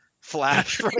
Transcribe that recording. flash